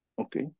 Okay